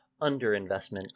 underinvestment